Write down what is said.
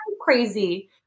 crazy